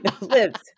lives